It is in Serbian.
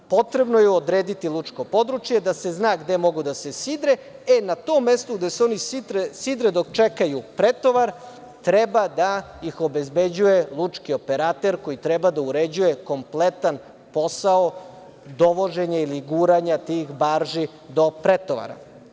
Potrebno je odrediti lučko područje da se zna gde mogu da se sidre i na tom mestu gde se oni sidre dok čekaju pretovar treba da ih obezbeđuje lučki operater koji treba da uređuje kompletan posao dovoženja ili guranja tih barži do pretovara.